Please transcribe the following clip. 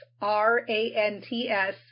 R-A-N-T-S